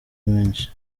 menshi